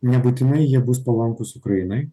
nebūtinai jie bus palankūs ukrainai